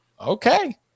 Okay